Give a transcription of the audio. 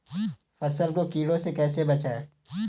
फसल को कीड़ों से कैसे बचाएँ?